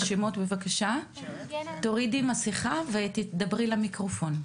תורידי מסיכה ותדברי למיקרופון,